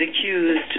accused